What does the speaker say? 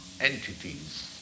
entities